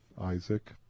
Isaac